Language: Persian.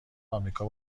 آمریکا